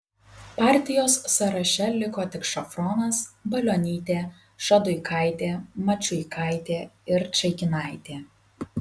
partijos sąraše liko tik šafronas balionytė šaduikaitė mačiuikaitė ir čaikinaitė